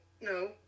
no